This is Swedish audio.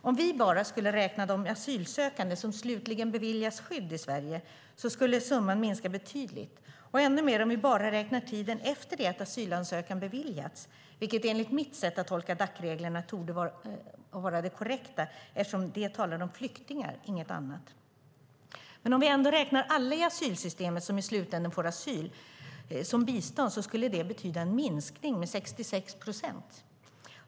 Om vi bara skulle räkna de asylsökande som slutligen beviljas skydd i Sverige skulle summan minska betydligt, ännu mer om vi bara räknar tiden efter det att asylansökan beviljats, vilket enligt mitt sätt att tolka Dacreglerna torde vara det korrekta eftersom det talar om flyktingar, inget annat. Om vi ändå räknar in alla i asylsystemet som i slutändan får asyl i biståndet betyder det en minskning med 66 procent.